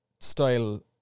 style